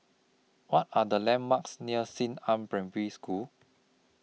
What Are The landmarks near Xingnan Primary School